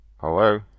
Hello